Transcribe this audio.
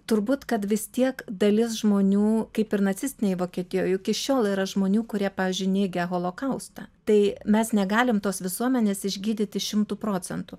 turbūt kad vis tiek dalis žmonių kaip ir nacistinėj vokietijoj juk iki šiol yra žmonių kurie pavyzdžiui neigia holokaustą tai mes negalim tos visuomenės išgydyti šimtu procentų